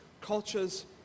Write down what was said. cultures